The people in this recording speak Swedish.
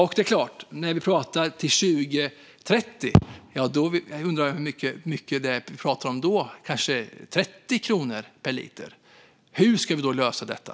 Jag undrar hur mycket vi kommer att prata om till 2030, kanske 30 kronor per liter? Hur ska vi då lösa detta?